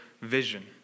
vision